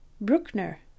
Bruckner